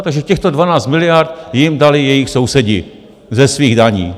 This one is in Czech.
Takže těchto 12 miliard jim dali jejich sousedi ze svých daní.